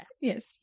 Yes